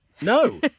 No